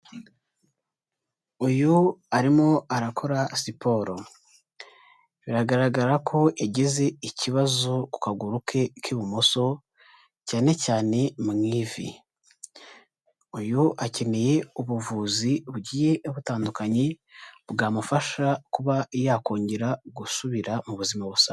Uyu arimo arakora siporo, biragaragara ko yagize ikibazo ku kaguru ke k'ibumoso cyane cyane mu ivi, uyu akeneye ubuvuzi giye butandukanye bwamufasha kuba yakongera gusubira mu buzima busanzwe.